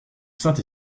saint